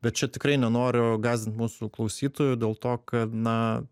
bet čia tikrai nenoriu gąsdint mūsų klausytojų dėl to kad na